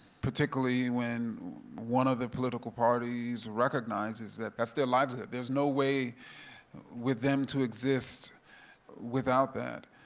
particularly when one of the political parties recognizes that that's their livelihood, there's no way with them to exist without that.